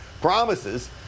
promises